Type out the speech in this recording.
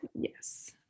yes